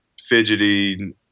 fidgety –